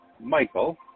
Michael